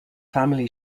family